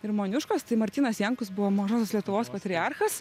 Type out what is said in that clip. ir moniuškos tai martynas jankus buvo mažosios lietuvos patriarchas